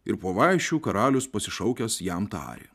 ir po vaišių karalius pasišaukęs jam tarė